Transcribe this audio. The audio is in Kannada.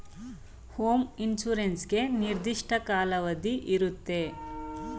ಹೋಮ್ ಇನ್ಸೂರೆನ್ಸ್ ಗೆ ನಿರ್ದಿಷ್ಟ ಕಾಲಾವಧಿ ಇರುತ್ತೆ